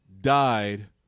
died